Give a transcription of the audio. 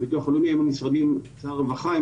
משרד הרווחה.